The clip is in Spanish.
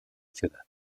ciudad